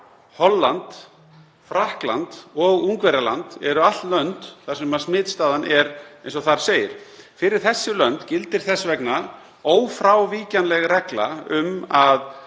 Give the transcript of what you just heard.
Holland, Frakkland og Ungverjaland eru allt lönd þar sem smitstaðan er eins og þar segir. Fyrir þessi lönd gildir þess vegna ófrávíkjanleg regla um að